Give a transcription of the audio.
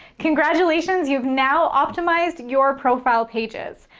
congratulations, you've now optimized your profile pages.